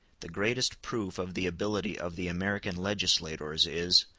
the greatest proof of the ability of the american legislators is,